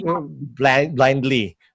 blindly